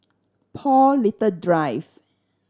Paul Little Drive